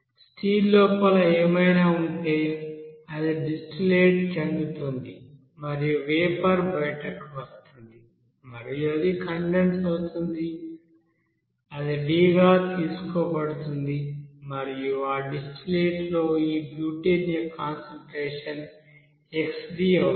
steel లోపల ఏమైనా ఉంటే అది డిస్టిల్లేట్ చెందుతుంది మరియు వేపర్ బయటకు వస్తుంది మరియు అది కండెన్స్ అవుతుంది అది D గా తీసుకోబడుతుంది మరియు ఆ డిస్టిల్లేట్ లో ఈ బ్యూటేన్ కాన్సంట్రేషన్ xD అవుతుంది